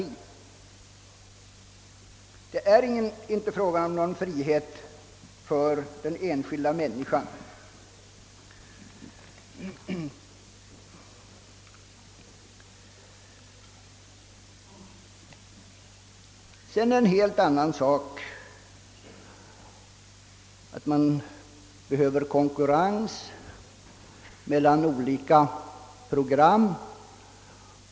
I båda fallen är det inte fråga om någon frihet för den enskilda människan. En helt annan sak är konkurrensen olika program emellan. Den behöver vi.